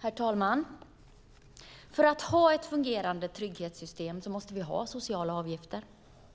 Herr talman! För att ha ett fungerande trygghetssystem måste vi ha sociala avgifter.